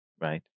Right